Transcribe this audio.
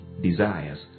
desires